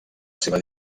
seva